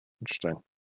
Interesting